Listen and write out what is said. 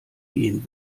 gehen